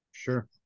Sure